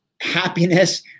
happiness